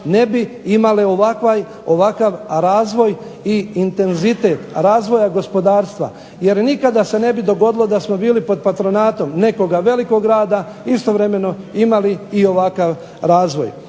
ne bi imale ovakav razvoj i intenzitet razvoja gospodarstva, jer nikada se ne bi dogodilo da smo bili pod patronatom nekoga velikog grada, istovremeno imali i ovakav razvoj.